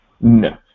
No